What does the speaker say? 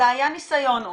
אלא היה ניסיון אונס,